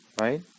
right